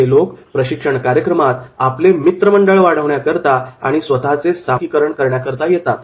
असे लोक प्रशिक्षण कार्यक्रमात आपले मित्रमंडळ वाढवण्याकरता सामाजिकीकरण करण्याकरिता येतात